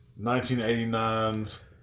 1989's